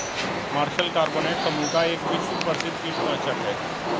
martial carbonate समूह का एक विश्व प्रसिद्ध कीटनाशक है